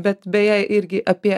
bet beje irgi apie